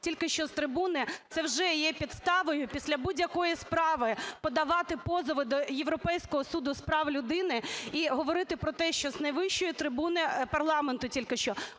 тільки що з трибуни, це вже є підставою після будь-якої справи подавати позови до Європейського суду з прав людини і говорити про те, що з найвищої трибуни парламенту тільки що